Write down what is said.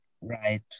Right